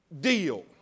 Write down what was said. deal